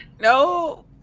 No